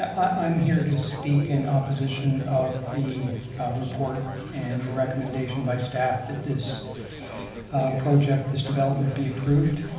ah i'm here to speak in opposition of the report and the recommendation by staff that this project, this development be approved.